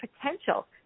potential